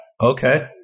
Okay